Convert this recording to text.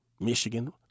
Michigan